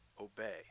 Obey